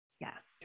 Yes